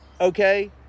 Okay